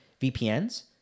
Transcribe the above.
VPNs